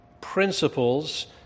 principles